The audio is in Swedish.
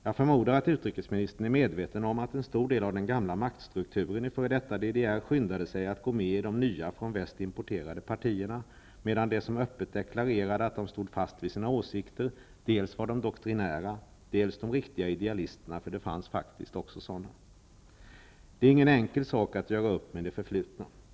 Jag förmodar att utrikesministern är medveten om att en stor del av människorna i den gamla maktstrukturen i f.d. DDR skyndade sig att gå med i de nya från väst importerade partierna, medan de som öppet deklarerade att de stod fast vid sina åsikter var dels de doktrinära, dels de riktiga idealisterna, och det fanns faktiskt också sådana. Det är ingen enkel sak att göra upp med det förflutna.